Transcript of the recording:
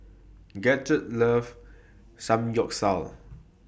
Gidget loves Samgeyopsal